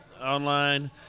online